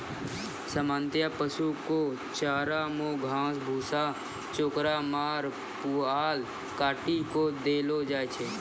सामान्यतया पशु कॅ चारा मॅ घास, भूसा, चोकर, माड़, पुआल काटी कॅ देलो जाय छै